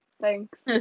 Thanks